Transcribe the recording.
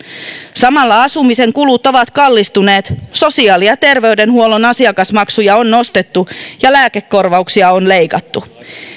samalla asumisen kulut ovat kallistuneet sosiaali ja terveydenhuollon asiakasmaksuja on nostettu ja lääkekorvauksia on leikattu